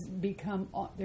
become